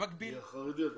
החרדי.